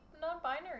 non-binary